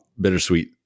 bittersweet